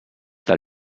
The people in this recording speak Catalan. del